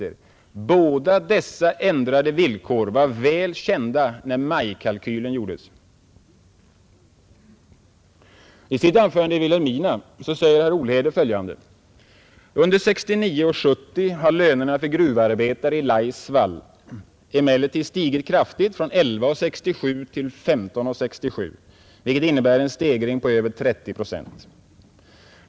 Men båda dessa ändrade villkor var väl den statliga företagkända när majkalkylen gjordes, herr industriminister. samheten I sitt anförande i Vilhelmina säger herr Olhede följande: ”Under 1969 och 1970 har lönerna för gruvarbetare i Laisvall emellertid stigit kraftigt från 11,67 till 15,67, vilket innebär en stegring på över 30 procent.